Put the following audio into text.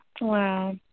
Wow